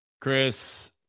Chris